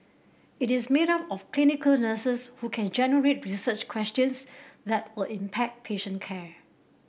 it is made up of clinical nurses who can generate research questions that will impact patient care